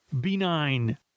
benign